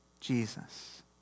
Jesus